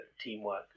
teamwork